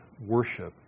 worship